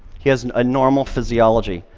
he has a normal physiology,